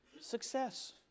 Success